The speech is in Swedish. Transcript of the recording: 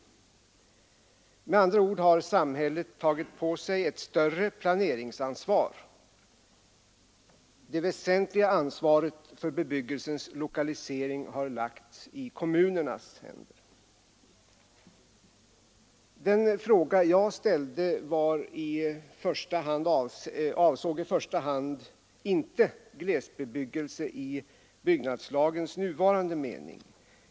Med andra ord har samhället tagit på sig ett större planeringsansvar. Det väsentliga ansvaret för bebyggelsens lokalisering har lagts i kommunernas händer. Den fråga jag ställde avsåg i första hand inte glesbebyggelse i byggnadslagens nuvarande mening.